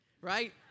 Right